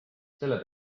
selle